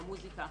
המוסיקה.